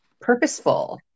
purposeful